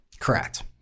correct